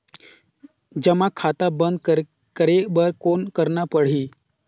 जमा खाता बंद करे बर कौन करना पड़ही?